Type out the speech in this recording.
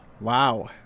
wow